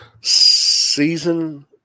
Season